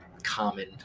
Common